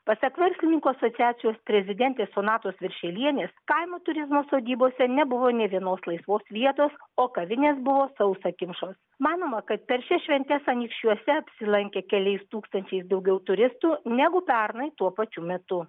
pasak verslininkų asociacijos prezidentės sonatos viršelienės kaimo turizmo sodybose nebuvo nė vienos laisvos vietos o kavinės buvo sausakimšos manoma kad per šias šventes anykščiuose apsilankė keliais tūkstančiais daugiau turistų negu pernai tuo pačiu metu